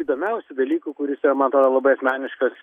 įdomiausių dalykų kuris yra man atrodo labai asmeniškas